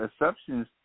exceptions